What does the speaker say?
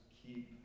keep